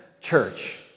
church